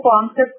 concept